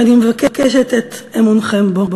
ואני מבקשת את אמונכם בו.